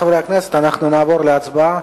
חברי חברי הכנסת, אנחנו נעבור להצבעה.